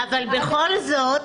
אבל בכל זאת,